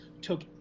took